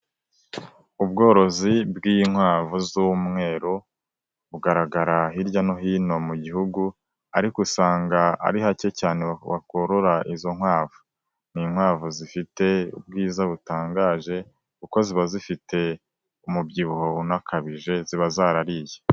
Ubworozi bw'inkwavu z'umweru bugaragara hirya no hino mu gihugu ariko usanga ari hake cyane wakorora izo nkwavu, ni inkwavu zifite ubwiza butangaje kuko ziba zifite umubyibuho unakabije ziba zarariye.